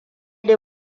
dai